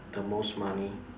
the most money